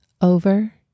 over